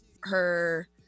her-